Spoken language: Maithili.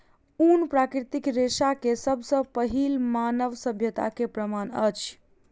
ऊन प्राकृतिक रेशा के सब सॅ पहिल मानव सभ्यता के प्रमाण अछि